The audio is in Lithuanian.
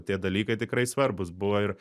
tie dalykai tikrai svarbūs buvo ir